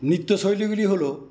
নৃত্যশৈলীগুলি হলো